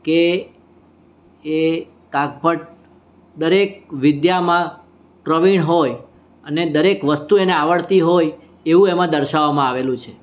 કે એ કાગભટ્ટ દરેક વિદ્યામાં પ્રવીણ હોય અને દરેક વસ્તુ એને આવડતી હોય એવું એમાં દર્શાવવામાં આવેલું છે